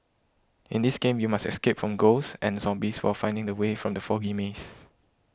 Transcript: in this game you must escape from ghosts and zombies while finding the way from the foggy maze